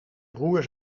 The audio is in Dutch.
broer